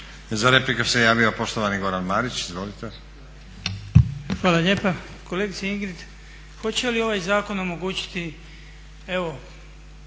Za repliku se javio poštovani Goran Marić. Izvolite. **Marić, Goran (HDZ)** Hvala lijepa. Kolegice Ingrid, hoće li ovaj zakon omogućiti evo